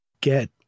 get